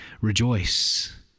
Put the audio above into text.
rejoice